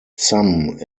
some